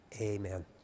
Amen